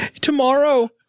tomorrow